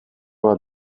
bat